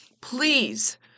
Please